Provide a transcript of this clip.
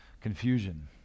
confusion